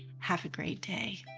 have a great day!